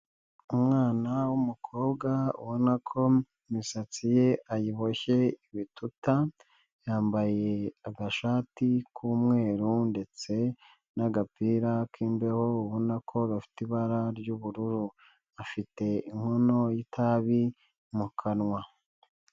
Umwana w'umukobwa ubona ko imisatsi ye ayiboshye ibituta, yambaye agashati k'umweru ndetse n'agapira k'imbeho, ubona ko gafite ibara ry'ubururu. Afite inkono y'itabi mu kanwa.